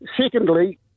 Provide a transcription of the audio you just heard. Secondly